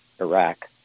Iraq